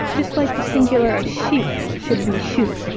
just like the singular of sheep should be shoop.